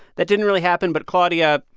that didn't really happen. but, claudia,